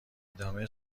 ادامه